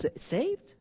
saved